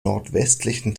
nordwestlichen